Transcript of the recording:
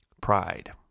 Pride